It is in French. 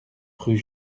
rue